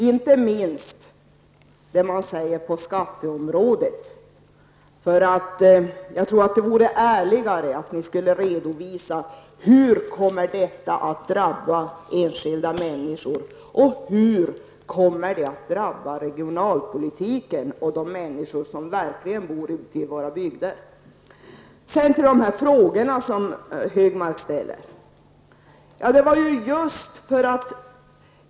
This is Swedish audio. Inte minst bedrövad blir jag när det gäller det som sägs om skatteområdet. Det vore ärligare att redovisa hur detta kommer att drabba enskilda människor och hur detta kommer att drabba regionalpolitiken och de människor som bor ute i våra bygder. Sedan vill jag ta upp de frågor som Anders G Högmark ställde.